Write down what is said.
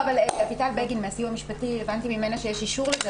הבנתי מאביטל בגין מהסיוע המשפטי שיש אישור לזה,